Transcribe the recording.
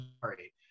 sorry